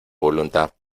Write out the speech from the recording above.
voluntad